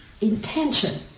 intention